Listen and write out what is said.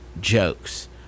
jokes